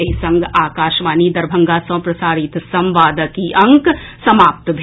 एहि संग आकाशवाणी दरभंगा सँ प्रसारित संवादक ई अंक समाप्त भेल